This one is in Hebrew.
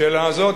השאלה הזו,